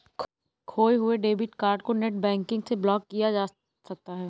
खोये हुए debit card को नेटबैंकिंग से ब्लॉक किया जा सकता है